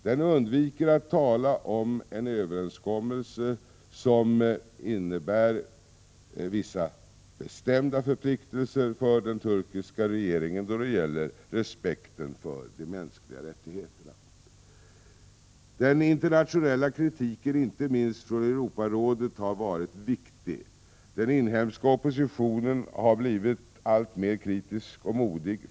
Den undviker att tala om en överenskommelse som innebär vissa bestämda förpliktelser för den turkiska regeringen då det gäller respekten för de mänskliga rättigheterna. Den internationella kritiken, inte minst från Europarådet, har varit viktig. Den inhemska oppositionen har blvit alltmer kritisk och modig.